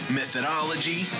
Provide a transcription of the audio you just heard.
methodology